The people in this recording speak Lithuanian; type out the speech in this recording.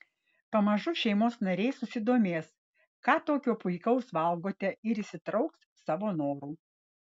pamažu šeimos nariai susidomės ką tokio puikaus valgote ir įsitrauks savo noru